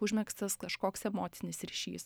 užmegztas kažkoks emocinis ryšys